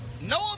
no